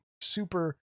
super